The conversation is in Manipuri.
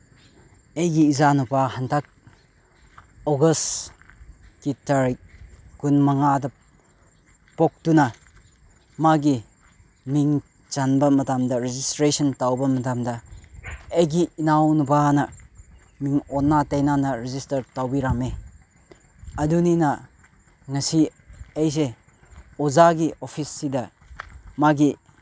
ꯑꯩꯒꯤ ꯏꯆꯥꯅꯨꯄꯥ ꯍꯟꯗꯛ ꯑꯣꯒꯁ ꯀꯤ ꯇꯥꯔꯤꯛ ꯀꯨꯟꯃꯉꯥꯗ ꯄꯣꯛꯇꯨꯅ ꯃꯥꯒꯤ ꯃꯤꯡ ꯆꯟꯕ ꯃꯇꯝꯗ ꯔꯦꯖꯤꯁꯇ꯭ꯔꯦꯁꯟ ꯇꯧꯕ ꯃꯇꯝꯗ ꯑꯩꯒꯤ ꯏꯅꯥꯎꯅꯨꯄꯥꯅ ꯃꯤꯡ ꯑꯣꯟꯅ ꯇꯩꯅꯅ ꯔꯦꯖꯤꯁꯇꯔ ꯇꯧꯕꯤꯔꯝꯃꯤ ꯑꯗꯨꯅꯤꯅ ꯉꯁꯤ ꯑꯩꯁꯦ ꯑꯣꯖꯥꯒꯤ ꯑꯣꯐꯤꯁꯁꯤꯗ ꯃꯥꯒꯤ